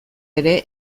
ere